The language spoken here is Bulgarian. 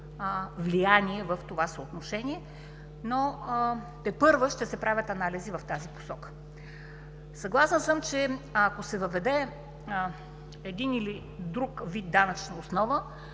влияние в това съотношение, но тепърва ще се правят анализи в тази посока. Съгласна съм, че ако се въведе един или друг вид данъчна основа